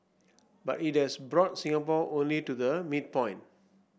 but it has brought Singapore only to the midpoint